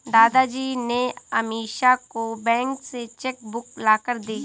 दादाजी ने अमीषा को बैंक से चेक बुक लाकर दी